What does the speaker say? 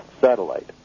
satellite